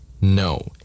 No